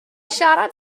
siarad